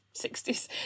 60s